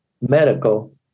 medical